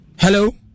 Hello